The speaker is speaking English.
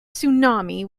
tsunami